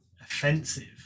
offensive